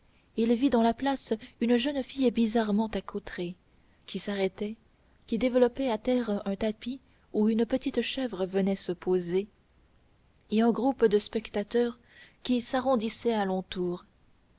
il vit dans la place une jeune fille bizarrement accoutrée qui s'arrêtait qui développait à terre un tapis où une petite chèvre venait se poser et un groupe de spectateurs qui s'arrondissait